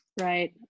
right